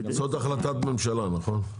זאת החלטת ממשלה נכון?